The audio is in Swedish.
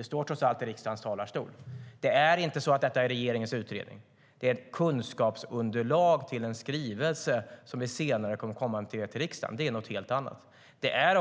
Vi står trots allt i riksdagens talarstol. Detta är inte regeringens utredning. Det är ett kunskapsunderlag till en skrivelse som vi senare kommer att komma med till riksdagen. Det är något helt annat. Det är